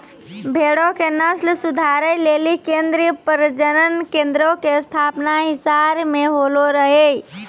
भेड़ो के नस्ल सुधारै लेली केन्द्रीय प्रजनन केन्द्रो के स्थापना हिसार मे होलो रहै